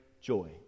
joy